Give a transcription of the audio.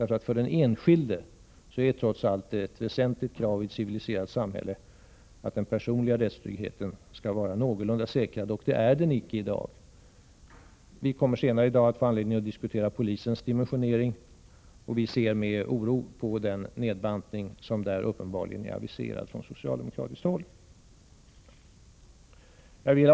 För den enskilde är det ju trots allt ett väsentligt krav i ett civiliserat samhälle att den personliga rättstryggheten är någorlunda säkrad, och det är den icke nu. Vi kommer senare i dag att få anledning att diskutera frågan om polisens dimensionering. Vi ser med oro på den nedbantning som i det sammanhanget uppenbarligen är aviserad från socialdemokratiskt håll.